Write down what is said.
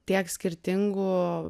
tiek skirtingų